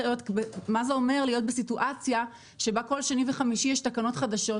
מה זה אומר להיות בסיטואציה שבה כל שני וחמישי יש תקנות חדשות,